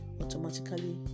automatically